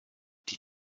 die